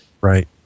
Right